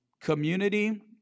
community